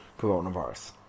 coronavirus